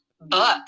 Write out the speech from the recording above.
book